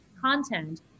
content